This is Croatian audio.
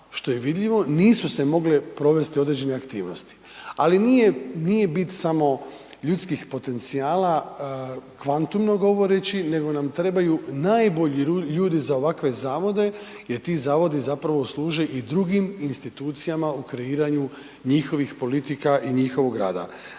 što je vidljivo, nisu se mogle provesti određene aktivnosti, ali nije bit samo ljudskih potencijala kvantumno govoreći nego nam trebaju najbolji ljudi za ovakve zavode, jer ti zavodi zapravo služe i drugim institucijama u kreiranju njihovih politika i njihovog rada.